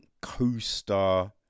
co-star